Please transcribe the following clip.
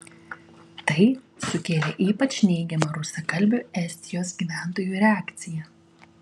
tai sukėlė ypač neigiamą rusakalbių estijos gyventojų reakciją